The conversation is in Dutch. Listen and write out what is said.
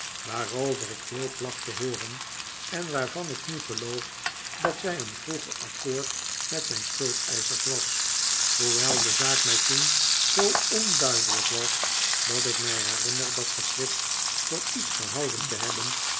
waarover ik veel placht te hooren en waarvan ik nu geloof dat zij een vroeger accoord met zijn schuldeischers was hoewel de zaak mij toen zoo onduidelijk was dat ik mij herinner dat geschrift voor iets gehouden te hebben